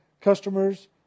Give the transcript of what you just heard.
customers